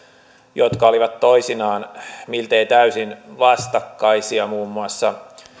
jotka olivat toisinaan miltei täysin vastakkaisia muun muassa